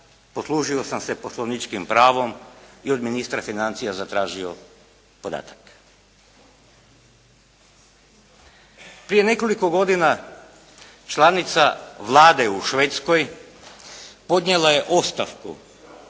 poslužio sam se poslovničkim pravom i od ministra financija zatražio podatak. Prije nekoliko godina članica Vlade u Švedskoj podnijela je ostavku